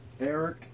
Eric